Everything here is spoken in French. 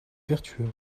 vertueux